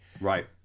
Right